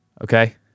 Okay